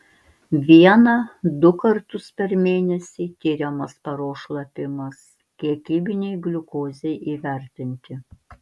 vieną du kartus per mėnesį tiriamas paros šlapimas kiekybinei gliukozei įvertinti